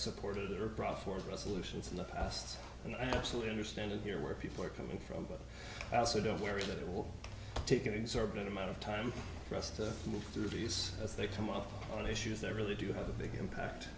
i absolutely understand it here where people are coming from but i also don't worry that it will take an exorbitant amount of time for us to move through these as they come up on issues that really do have a big impact